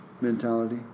mentality